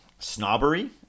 snobbery